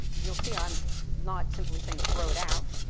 you'll see i'm not simply saying throw it out,